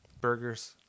Burgers